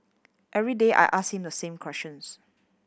every day I ask him the same questions